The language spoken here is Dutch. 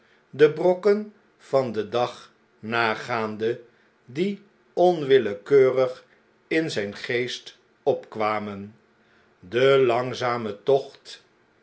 de brokken van den dag riagaande die onwillekeurig in zgn geest opkwamen de langzame tocht